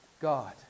God